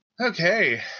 Okay